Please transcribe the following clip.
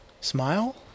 Smile